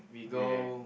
okay